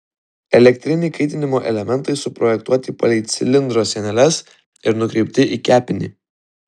elektriniai kaitinimo elementai suprojektuoti palei cilindro sieneles ir nukreipti į kepinį